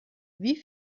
wie